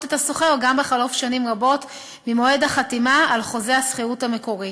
את השוכר גם בחלוף שנים רבות ממועד החתימה על חוזה השכירות המקורי,